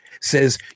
says